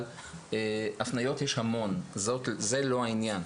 אבל הפניות יש המון, זה לא העניין.